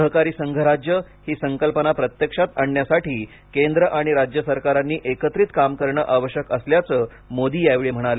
सहकारी संघराज्य ही संकल्पना प्रत्यक्षात आणण्यासाठी केंद्र आणि राज्य सरकारांनी एकत्रित काम करण आवश्यक असल्याचं मोदी यावेळी म्हणाले